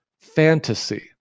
fantasy